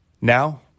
Now